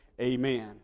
amen